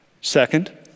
Second